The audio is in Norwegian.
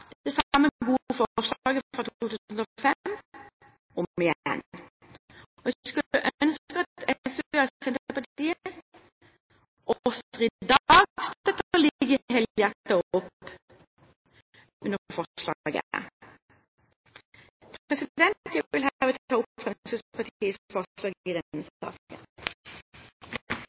det samme gode forslaget fra 2005 om igjen, og jeg skulle ønske at SV og Senterpartiet også i dag støtter like helhjertet opp under forslaget. Jeg vil herved vise til Fremskrittspartiets tilråding i